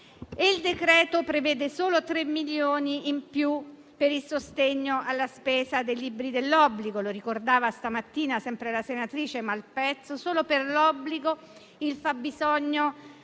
il decreto prevede solo 3 milioni in più per il sostegno alla spesa dei libri per la scuola dell'obbligo. Come ricordava stamattina sempre la senatrice Malpezzi, solo per la scuola dell'obbligo, il fabbisogno